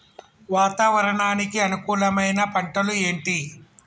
వాతావరణానికి అనుకూలమైన పంటలు ఏంటి?